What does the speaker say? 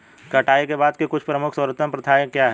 कटाई के बाद की कुछ प्रमुख सर्वोत्तम प्रथाएं क्या हैं?